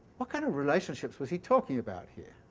what kind of relationships was he talking about here?